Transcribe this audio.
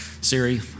Siri